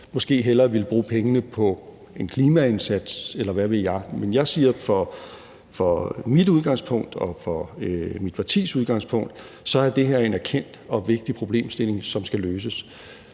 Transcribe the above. måske hellere bruge pengene på en klimaindsats, eller hvad ved jeg. Men jeg siger, at fra mit udgangspunkt og fra mit partis udgangspunkt er det her en erkendt og vigtig problemstilling, som skal løses.